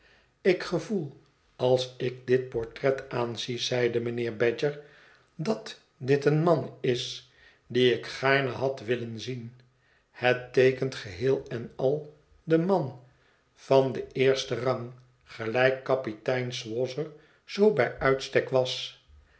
ik gevoel als ik dit portret aanzie zeide mijnheer badger dat dit een man is dien ik gaarne had willen zien het teekent geheel en al den man van den eersten rang gelijk kapitein swosser zoo bij uitstek was